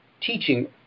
teaching